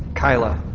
keila.